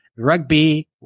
rugby